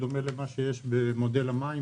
בדומה למה שיש במודל המים,